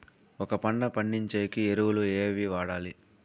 ఒక పంట పండించేకి ఎరువులు ఏవి వాడాలి?